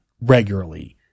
regularly